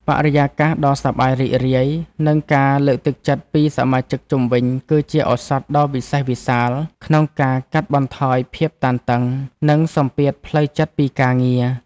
បរិយាកាសដ៏សប្បាយរីករាយ និងការលើកទឹកចិត្តពីសមាជិកជុំវិញ គឺជាឱសថដ៏វិសេសវិសាលក្នុងការកាត់បន្ថយភាពតានតឹង និងសម្ពាធផ្លូវចិត្តពីការងារ។